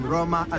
Roma